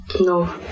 No